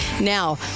Now